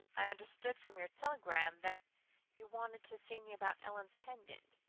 i understood from your telegram that you wanted to see me about ellen's pendant,